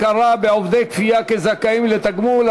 הכרה בעובדי כפייה כזכאים לתגמול),